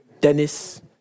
Dennis